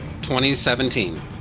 2017